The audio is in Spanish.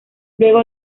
luego